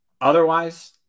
Otherwise